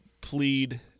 plead